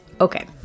Okay